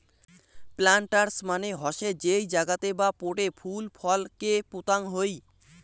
planters মানে হসে যেই জাগাতে বা পোটে ফুল বা ফল কে পোতাং হই